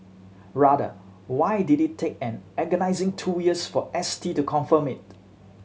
rather why did it take an agonising two years for S T to confirm it